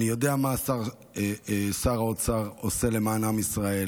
אני יודע מה שר האוצר עושה למען עם ישראל,